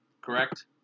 correct